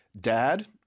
dad